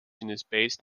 classification